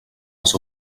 les